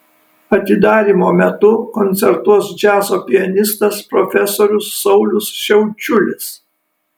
atidarymo metu koncertuos džiazo pianistas profesorius saulius šiaučiulis